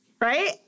Right